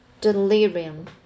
delirium